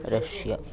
Russia